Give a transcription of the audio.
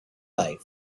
life